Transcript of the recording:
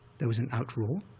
there was an outroar.